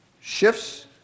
shifts